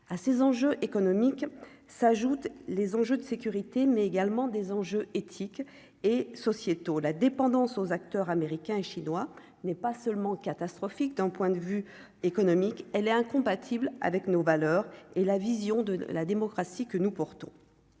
à ces enjeux économiques s'ajoutent les enjeux de sécurité mais également des enjeux éthiques et sociétaux la dépendance aux acteurs américains et chinois n'est pas seulement catastrophique d'un point de vue économique elle est incompatible avec nos valeurs et la vision de la démocratie que nous portons